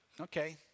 Okay